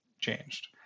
changed